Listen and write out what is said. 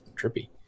trippy